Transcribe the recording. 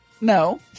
No